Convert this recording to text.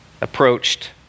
approached